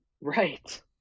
Right